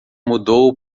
mudou